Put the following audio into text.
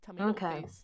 Okay